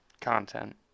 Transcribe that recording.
content